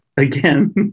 again